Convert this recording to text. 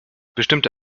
bestimmte